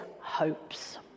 hopes